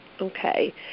Okay